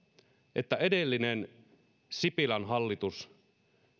että myöskään edellinen sipilän hallitus